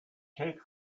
take